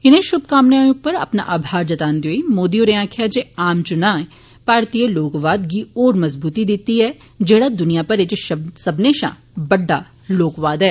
इनें शुभकामनां उप्पर अपना आभार जतांदे होई मोदी होरें आक्खेआ जे आम चुनाएं भारती लोकवाद गी होर मजबूती दित्ती ऐ जेह्ड़ा दुनिया भरै च सब्मनें शा बड्डा लोकवाद ऐ